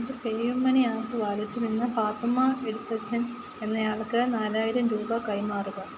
എൻ്റെ PayUmoney app വാലറ്റിൽനിന്ന് പാത്തുമ്മ എഴുത്തച്ഛൻ എന്നയാൾക്ക് നാലായിരം രൂപ കൈമാറുക